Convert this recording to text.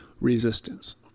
resistance